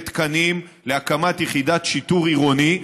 ותקנים להקמת יחידת שיטור עירוני,